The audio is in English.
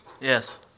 Yes